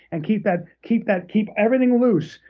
and keep that keep that keep everything loose.